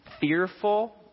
fearful